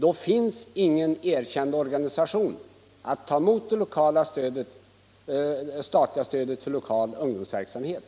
Då finns ingen erkänd organisation som kan ta emot det statliga stödet för lokal ungdomsverksamhet.